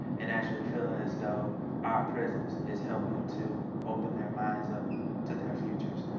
and actually feeling as though our presence is helping to open their minds up to their futures.